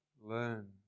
learn